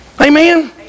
Amen